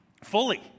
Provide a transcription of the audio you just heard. fully